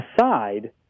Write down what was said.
aside